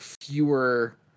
fewer